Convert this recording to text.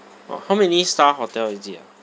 orh how many star hotel is it ah